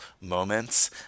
moments